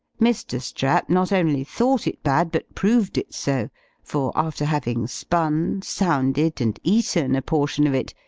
mr. strap not only thought it bad, but proved it so for, after having spun, sounded, and eaten a portion of it,